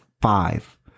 five